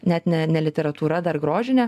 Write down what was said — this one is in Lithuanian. net ne ne literatūra dar grožine